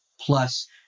plus